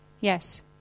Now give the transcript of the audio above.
Yes